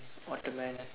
what a man